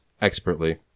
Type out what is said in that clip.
expertly